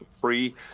free